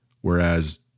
Whereas